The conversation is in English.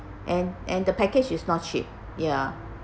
and and the package is not cheap ya